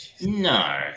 No